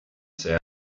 zehar